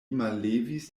mallevis